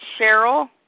Cheryl